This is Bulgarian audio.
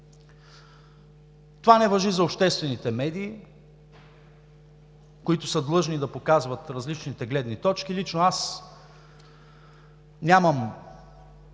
Това не важи за обществените медии, които са длъжни да показват различните гледни точки. Лично аз нямам